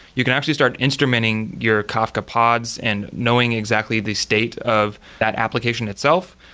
you can actually start instrumenting your kafka pods and knowing exactly the state of that application itself.